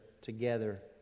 together